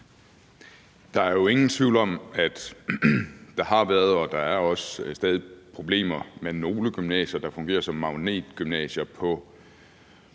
Der er jo ingen tvivl om, at der har været og der stadig også er problemer med nogle gymnasier, der fungerer som magnetgymnasier på